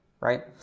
Right